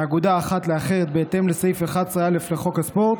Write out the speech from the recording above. מאגודה אחת לאחרת בהתאם לסעיף 11א לחוק הספורט,